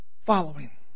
following